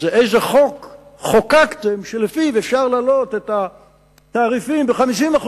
היא איזה חוק חוקקתם שלפיו אפשר להעלות את התעריפים ב-50%